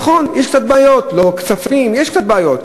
נכון, יש קצת בעיות, לא כספים, יש קצת בעיות.